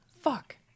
fuck